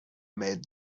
made